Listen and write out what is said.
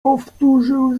powtórzył